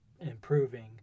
improving